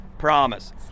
Promise